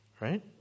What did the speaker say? right